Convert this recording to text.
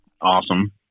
awesome